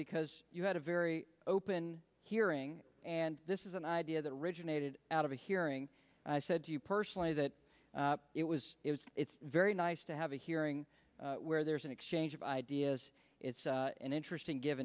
because you had a very open hearing and this is an idea that originated out of a hearing i said to you personally that it was it's very nice to have a hearing where there is an exchange of ideas it's an interesting give